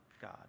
God